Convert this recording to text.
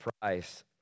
price